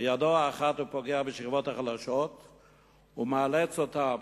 בידו האחת הוא פוגע בשכבות החלשות ומאלץ אותן